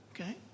okay